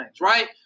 right